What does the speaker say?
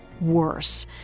worse